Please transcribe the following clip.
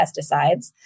pesticides